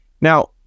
Now